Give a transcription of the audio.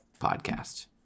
podcast